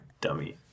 dummy